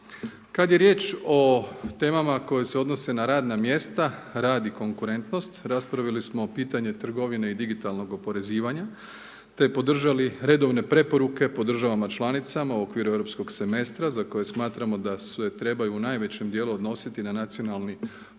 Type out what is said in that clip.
Kad je riječ o temama koja se odnose na radna mjesta, rad i konkurentnost, raspravili smo pitanje trgovine i digitalnog oporezivanja, te podržali redovne preporuke po državama članicama u okviru europskog semestra za koje smatramo da se trebaju u najvećem dijelu odnositi na nacionalni plan